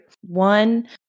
One